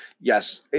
yes